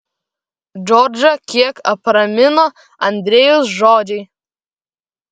džordžą kiek apramino andrejaus žodžiai